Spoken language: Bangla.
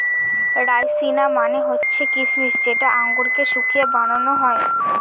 রাইসিনা মানে হচ্ছে কিসমিস যেটা আঙুরকে শুকিয়ে বানানো হয়